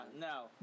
no